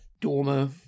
Dormer